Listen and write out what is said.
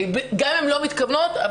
גם אם הן לא מתכוונות לכך.